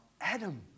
Adam